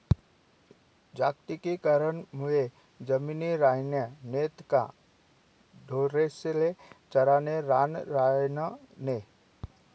जागतिकीकरण मुये जमिनी रायन्या नैत का ढोरेस्ले चरानं रान रायनं नै